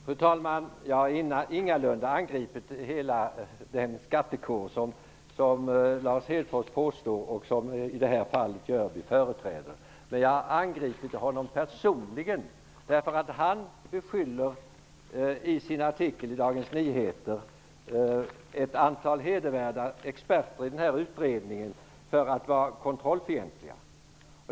Fru talman! Jag har ingalunda, som Lars Hedfors påstår, angripit hela den skattekår som Jörby i det här fallet företräder. Jag har angripit honom personligen därför att han i sin artikel i Dagens Nyheter beskyller ett antal hedervärda experter i utredningen för att vara kontrollfientliga.